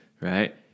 right